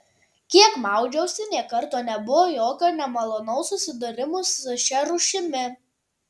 kiek maudžiausi nė karto nebuvo jokio nemalonaus susidūrimo su šia rūšimi